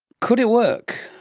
could it work?